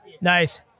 Nice